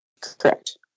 Correct